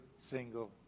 single